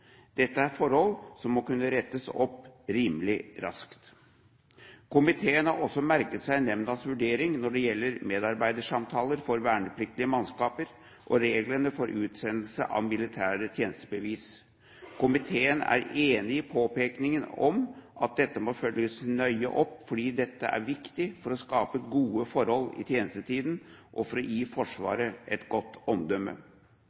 Dette er forhold som må kunne rettes opp rimelig raskt. Komiteen har også merket seg nemndas vurdering når det gjelder medarbeidersamtaler for vernepliktige mannskaper og reglene for utsendelse av militære tjenestebevis. Komiteen er enig i påpekningen om at dette må følges nøye opp fordi dette er viktig for å skape gode forhold i tjenestetiden og for å gi Forsvaret et godt omdømme.